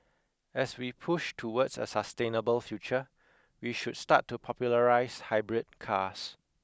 as we push towards a sustainable future we should start to popularise hybrid cars